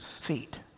feet